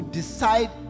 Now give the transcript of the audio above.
decide